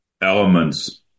elements